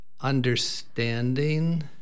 understanding